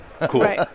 Cool